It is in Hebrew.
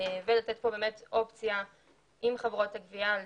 ולתת אופציה לתחרות.